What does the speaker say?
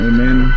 Amen